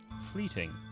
Fleeting